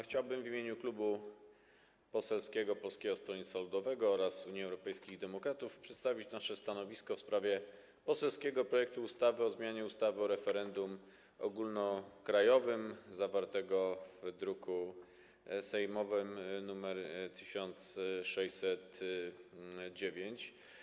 Chciałbym w imieniu Klubu Poselskiego Polskiego Stronnictwa Ludowego - Unii Europejskich Demokratów przedstawić nasze stanowisko w sprawie poselskiego projektu ustawy o zmianie ustawy o referendum ogólnokrajowym zawartego w druku sejmowym nr 1609.